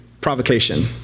provocation